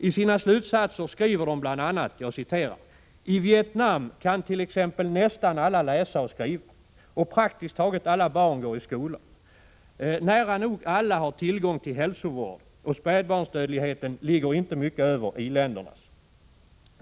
I sina slutsatser skriver de bl.a.: ”I Vietnam kan t.ex. nästan alla läsa och skriva, och praktiskt taget alla barn går i skolan. Nära nog alla har tillgång till hälsovård, och spädbarnsdödligheten ligger inte mycket över i-ländernas.